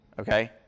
Okay